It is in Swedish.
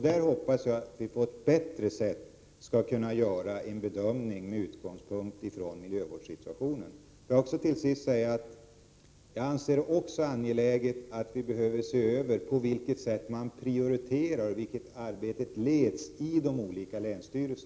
Då hoppas vi att på ett bättre sätt kunna göra en bedömning med utgångspunkt från miljösituationen. Till sist vill jag säga: Jag anser också att det är angeläget att se över på vilket sätt man i de olika länsstyrelserna prioriterar det här arbetet och hur arbetet leds.